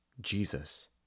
Jesus